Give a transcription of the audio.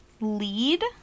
lead